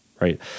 right